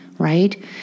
Right